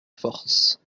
force